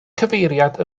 cyfeiriad